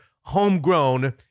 homegrown